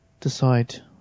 decide